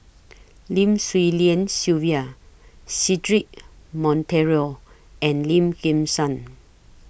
Lim Swee Lian Sylvia Cedric Monteiro and Lim Kim San